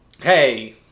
hey